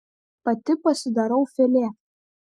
pati pasidarau filė